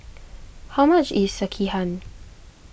how much is Sekihan